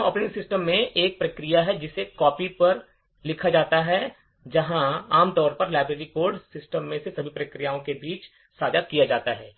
operating system में एक प्रक्रिया है जिसे कॉपी पर लिखा जाता है जहां आमतौर पर लाइब्रेरी कोड सिस्टम में सभी प्रक्रियाओं के बीच साझा किए जाते हैं